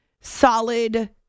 solid